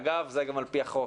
אגב, זה גם על פי החוק.